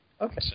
Okay